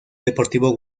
deportivo